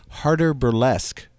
HarderBurlesque